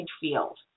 field